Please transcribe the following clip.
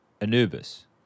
Anubis